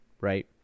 right